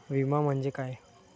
विमा म्हणजे काय?